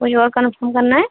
کوئی اور کنفرم کرنا ہے